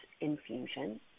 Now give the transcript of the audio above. infusion